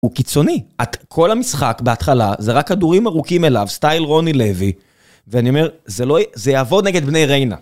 הוא קיצוני, כל המשחק בהתחלה, זה רק כדורים ארוכים אליו, סטייל רוני לוי, ואני אומר, זה יעבור נגד בני ריינה.